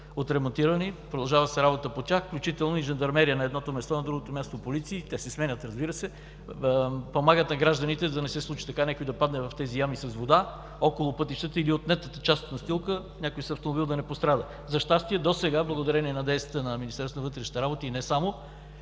ремонтират, продължава се работата по тях. Включително и жандармерия на едното място, на другото място полиция – те се сменят, разбира се, помагат на гражданите да не се случи някой да падне в тези ями с вода около пътищата или заради отнетата част от настилка някой с автомобил да не пострада. За щастие, досега, благодарение на действията на Министерството